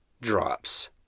drops